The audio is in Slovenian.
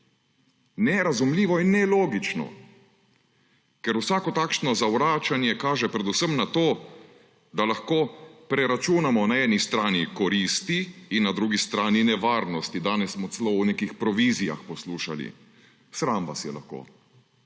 Nerazumljivo in nelogično! Ker vsako takšno zavračanje kaže predvsem na to, da lahko preračunamo na eni strani koristi in na drugi strani nevarnosti. Danes smo celo o nekih provizijah poslušali. Sram vas je lahko,